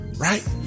Right